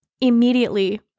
immediately